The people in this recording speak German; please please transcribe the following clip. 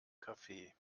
kaffee